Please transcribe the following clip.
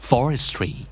Forestry